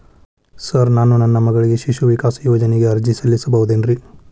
Sir ನಾನು ನನ್ನ ಮಗಳಿಗೆ ಶಿಶು ವಿಕಾಸ್ ಯೋಜನೆಗೆ ಅರ್ಜಿ ಸಲ್ಲಿಸಬಹುದೇನ್ರಿ?